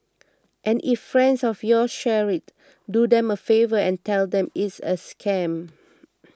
and if friends of yours share it do them a favour and tell them it's a scam